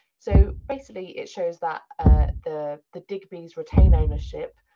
so basically it shows that ah the the digbys retain ownership.